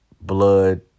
blood